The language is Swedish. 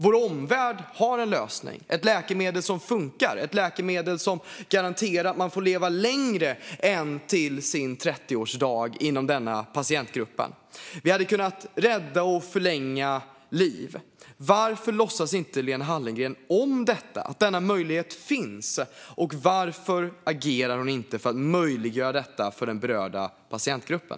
Vår omvärld har en lösning: ett läkemedel som funkar och som garanterar att man inom denna patientgrupp får leva längre än till sin 30-årsdag. Vi skulle kunna rädda och förlänga liv. Varför låtsats Lena Hallengren som att denna möjlighet inte finns, och varför agerar hon inte för att möjliggöra detta för den berörda patientgruppen?